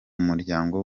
muryango